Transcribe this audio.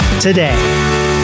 today